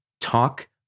talk